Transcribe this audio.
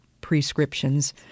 prescriptions